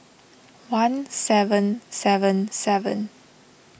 one seven seven seven